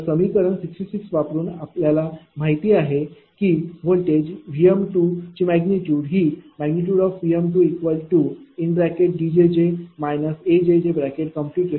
तर समीकरण 66 वरून आपल्याला माहिती आहे की व्होल्टेज Vm2 ची मॅग्निट्यूड Vm2Djj A12आहे